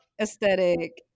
aesthetic